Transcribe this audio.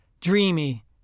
Dreamy